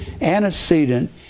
Antecedent